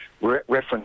reference